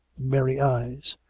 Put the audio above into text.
merry eyes.